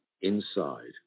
inside